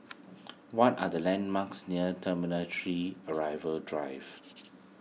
what are the landmarks near Terminal three Arrival Drive